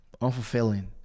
unfulfilling